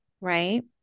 right